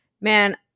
man